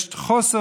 יש חוסר,